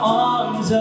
arms